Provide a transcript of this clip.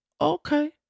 Okay